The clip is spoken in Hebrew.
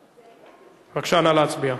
בבקשה, נא להצביע.